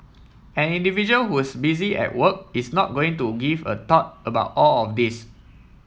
an individual who's busy at work is not going to give a thought about all of this